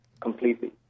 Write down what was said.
completely